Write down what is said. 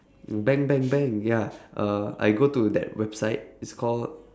bang bang bang ya uh I go to that website it's called